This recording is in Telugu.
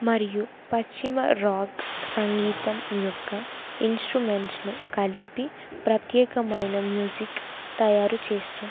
మరియు పశ్చిమ రాక్ సంగీతం యొక్క ఇన్స్ట్రుమెంట్స్ని కలిపి ప్రత్యేకమైన మ్యూజిక్ తయారు చేస్తుంది